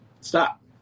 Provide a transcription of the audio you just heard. Stop